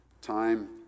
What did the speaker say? time